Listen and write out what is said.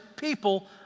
People